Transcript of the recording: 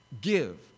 Give